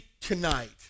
tonight